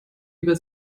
über